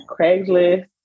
craigslist